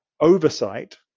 oversight